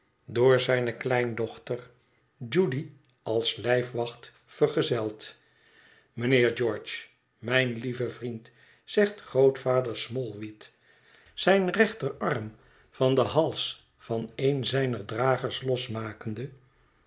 door zijne kleindochter judy als lijfwacht vergezeld mijnheer george mijn lieve vriend zegt grootvader smallweed zijn rechterarm van den hals van een zijner dragers losmakende